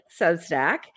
Substack